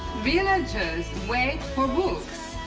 villagers wait for books.